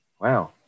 Wow